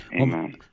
Amen